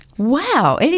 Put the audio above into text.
Wow